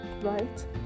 right